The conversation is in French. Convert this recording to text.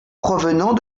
provenant